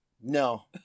No